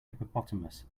hippopotamus